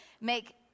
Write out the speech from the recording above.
make